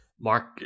Mark